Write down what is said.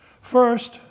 First